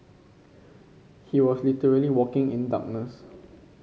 he was literally walking in darkness